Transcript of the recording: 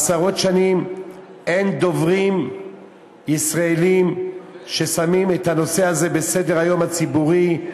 עשרות שנים אין דוברים ישראלים ששמים את הנושא הזה בסדר-היום הציבורי,